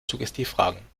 suggestivfragen